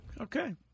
Okay